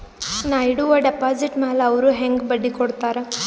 ನಾ ಇಡುವ ಡೆಪಾಜಿಟ್ ಮ್ಯಾಲ ಅವ್ರು ಹೆಂಗ ಬಡ್ಡಿ ಕೊಡುತ್ತಾರ?